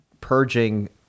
purging